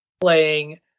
playing